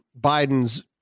Biden's